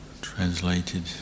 translated